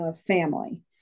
family